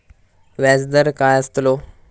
व्याज दर काय आस्तलो?